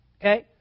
Okay